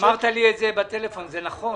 אמרת לי את זה בטלפון, זה נכון.